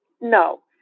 No